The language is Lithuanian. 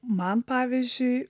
man pavyzdžiui